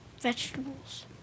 vegetables